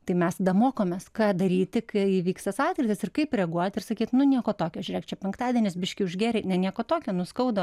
tai mes tada mokomės ką daryti kai įvyks tas atkrytis ir kaip reaguoti sakyt nu nieko tokio žiūrėk čia penktadienis biški užgėrei ne nieko tokio nu skauda